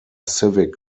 civic